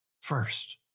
first